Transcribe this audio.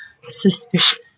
suspicious